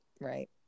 Right